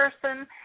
person